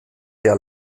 der